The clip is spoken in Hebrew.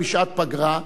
בשעת פגרה,